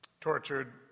tortured